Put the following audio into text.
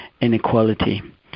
inequality